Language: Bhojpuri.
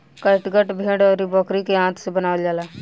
कैटगट भेड़ अउरी बकरी के आंत से बनावल जाला